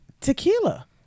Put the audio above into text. Tequila